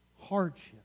hardship